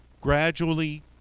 gradually